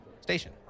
station